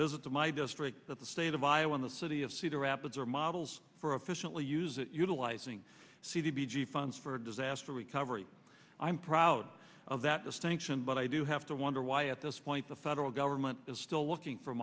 visit to my district that the state of why on the city of cedar rapids are models for officially use it utilizing c b g funds for disaster recovery i'm proud of that distinction but i do have to wonder why at this point the federal government is still looking for